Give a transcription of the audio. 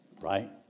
right